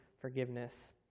forgiveness